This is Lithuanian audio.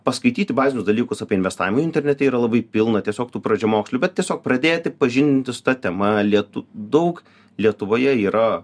paskaityti bazinius dalykus apie investavimo internete yra labai pilna tiesiog tų pradžiamokslių bet tiesiog pradėti pažindintis ta tema lietu daug lietuvoje yra